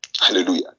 hallelujah